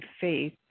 faith